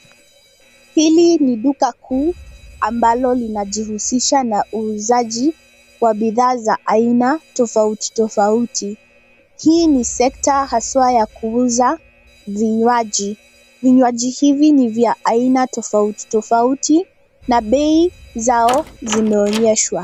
Hili ni duka kuu ,ambalo linajihusisha na uuzaji wa bidhaa za aina tofauti tofauti. Hii ni sekta haswa ya kuuza vinywaji. Vinywaji hivi ni vya aina tofauti tofauti na bei zao zimeonyeshwa.